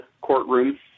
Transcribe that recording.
courtroom